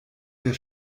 der